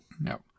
No